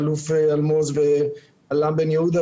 לאלוף אלמוז ואל"מ בן יהודה,